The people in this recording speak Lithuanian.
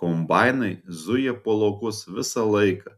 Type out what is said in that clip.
kombainai zuja po laukus visą laiką